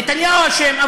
נתניהו אשם,